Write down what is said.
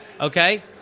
okay